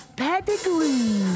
pedigree